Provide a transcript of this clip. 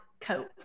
cope